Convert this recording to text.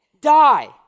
die